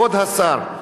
כבוד השר,